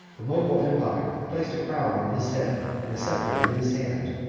the mogul emperor placed a crown on his head and a sceptre in his hand,